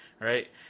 right